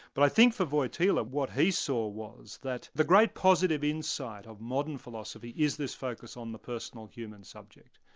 but i think for wojtyla, what he saw was that the great positive insight of modern philosophy is this focus on the personal human subject.